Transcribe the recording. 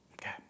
Okay